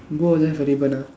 both of them have ribbon ah